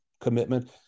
commitment